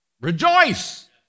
Rejoice